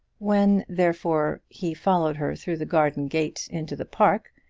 when, therefore, he followed her through the garden gate into the park,